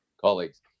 colleagues